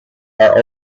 are